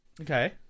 Okay